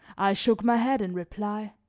i shook my head in reply